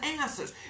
answers